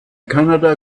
kanada